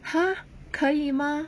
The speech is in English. !huh! 可以吗